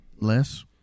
Less